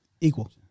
Equal